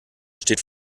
steht